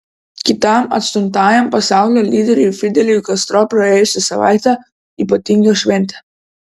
kitam atstumtajam pasaulio lyderiui fideliui kastro praėjusi savaitė ypatinga šventė